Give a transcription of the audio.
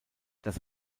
dass